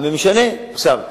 עכשיו,